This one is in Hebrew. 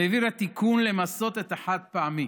והעבירה תיקון למסות את החד-פעמי,